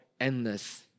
endless